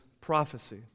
prophecy